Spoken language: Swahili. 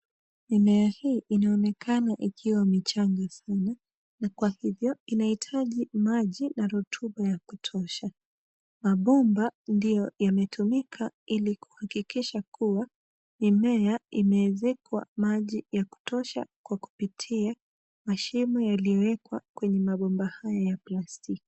Mimea hii inaonekana ikiwa michanga sana na kwa hivyo inahitaji maji na rotuba ya kutosha, mabomba ndio yametumika ili kuhakikisha kuwa mimea imeezekwa maji ya kutosha kwa kupitia mashimo yaliyo wekwa kwenye mabomba haya ya plastiki.